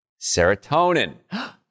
serotonin